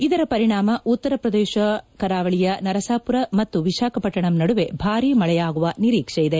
ಇದರ ಪರಿಣಾಮ ಉತ್ತರ ಆಂಧ್ರಪ್ರದೇಶ ಕರಾವಳಿಯ ನರಸಾಪುರ ಮತ್ತು ವಿಶಾಖಪಟ್ಟಣಂ ನಡುವೆ ಭಾರೀ ಮಳೆಯಾಗುವ ನಿರೀಕ್ಷೆಯಿದೆ